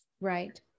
right